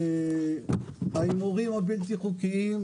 ההימורים הבלתי חוקיים,